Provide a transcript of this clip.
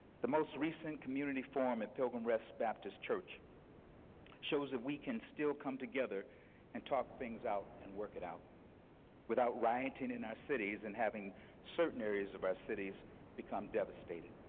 the most recent community forum at pilgrim rest baptist church shows that we can still come together and talk things out and work it out without rioting in our cities and having certain areas of our cities become devastated.